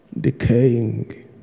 decaying